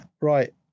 Right